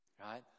right